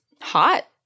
hot